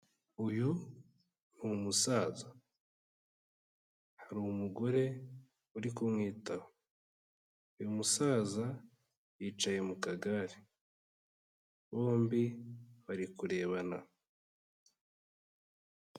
Uyu ni umusaza hari umugore uri kumwitaho, uyu musaza yicaye mu kagare, bombi bari kurebana.